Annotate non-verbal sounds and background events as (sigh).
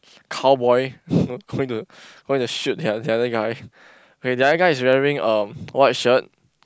cowboy (breath) going to going to shoot the the other guy wait the other guy is wearing a white shirt